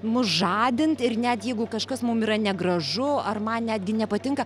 mus žadinti ir net jeigu kažkas mum yra negražu ar man netgi nepatinka